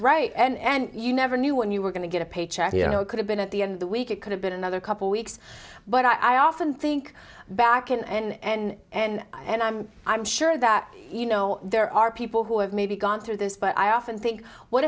right and you never knew when you were going to get a paycheck you know it could have been at the end of the week it could have been another couple weeks but i often think back and and and i'm i'm sure that you know there are people who have maybe gone through this but i often think what